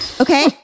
Okay